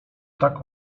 tak